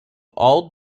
all